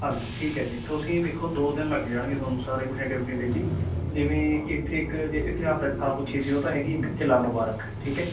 ਹਾਂਜੀ ਠੀਕ ਹੈ ਜੀ ਤੁਸੀਂ ਦੇਖੋ ਦੋ ਦਿਨ ਲੱਗ ਜਾਣਗੇ ਤੁਹਾਨੂੰ ਸਾਰੇ ਬਠਿੰਡੇ ਬਠਿੰਡੇ 'ਚ ਹੀ ਜਿਵੇਂ ਇੱਥੇ ਇੱਕ ਜੇ ਇਤਿਹਾਸਿਕ ਥਾਂ ਪੁੱਛੀ ਸੀ ਉਹ ਤਾਂ ਹੈਗੀ ਕਿਲ੍ਹਾ ਮੁਬਾਰਕ ਠੀਕ ਹੈ